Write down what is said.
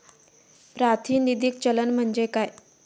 प्रातिनिधिक चलन म्हणजे काय?